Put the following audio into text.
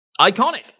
Iconic